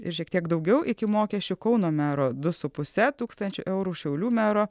ir šiek tiek daugiau iki mokesčių kauno mero du su puse tūkstančio eurų šiaulių mero